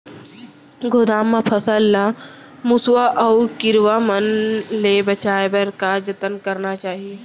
गोदाम मा फसल ला मुसवा अऊ कीरवा मन ले बचाये बर का जतन करना चाही?